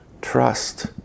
trust